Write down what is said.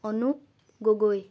Anup Gogoi